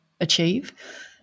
achieve